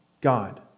God